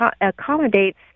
accommodates